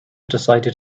decided